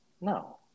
No